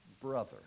brother